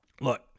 look